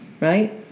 right